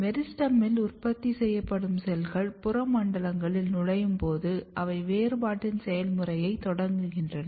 மெரிஸ்டெமில் உற்பத்தி செய்யப்படும் செல்கள் புற மண்டலங்களில் நுழையும் போது அவை வேறுபாட்டின் செயல்முறையைத் தொடங்குகின்றன